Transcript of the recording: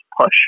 push